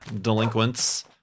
delinquents